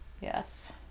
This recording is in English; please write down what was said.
Yes